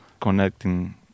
connecting